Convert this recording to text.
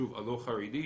שוב הלא חרדי,